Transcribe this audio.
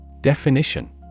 Definition